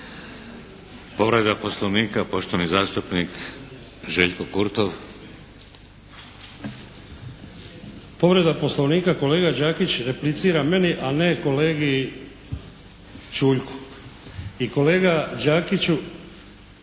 Povreda Poslovnika poštovani zastupnik Željko Kurtov. **Kurtov, Željko (HNS)** Povreda Poslovnika, kolega Đakić replicira meni a ne kolegi Čuljku. I kolega Đakiću